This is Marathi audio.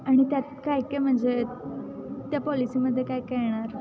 आणि त्यात काय काय म्हणजे त्या पॉलिसीमध्ये काय काय येणार